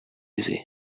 easy